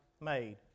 made